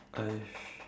!hais!